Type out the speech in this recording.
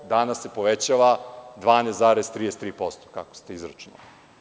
Danas se povećava 12,33% kako ste izračunali.